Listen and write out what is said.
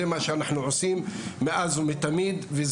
זה מה שאנחנו עושים מאז ומתמיד,